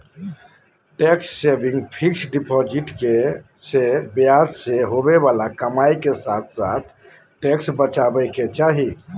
tax saving fixed deposit से ब्याज से होवे बाला कमाई के साथ टैक्स बचाबे के चाही